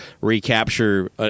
recapture